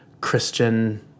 Christian